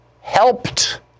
helped